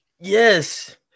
yes